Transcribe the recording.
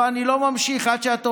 לא, אני לא ממשיך עד שאת עומדת.